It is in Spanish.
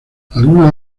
algunas